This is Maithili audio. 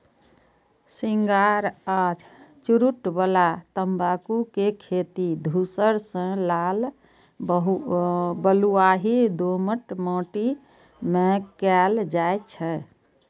सिगार आ चुरूट बला तंबाकू के खेती धूसर सं लाल बलुआही दोमट माटि मे कैल जाइ छै